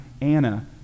Anna